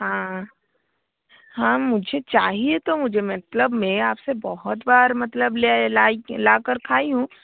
हाँ हाँ मुझे चाहिए तो मुझे मतलब में आप से बहुत बार मतलब ले लाई ला कर खाई हूँ